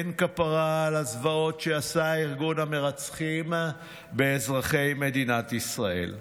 אין כפרה על הזוועות שעשה ארגון המרצחים באזרחי מדינת ישראל.